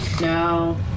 No